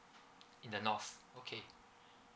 in the north okay